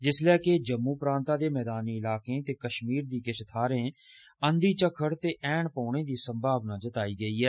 जिसले कि जम्मू प्रांता दे मैदानी इलार्के ते कश्मीर दी किश थाहरें उप्पर अंधी झक्खड़ ते ऐन पौने दी संभावना बी जताई गेदी ऐ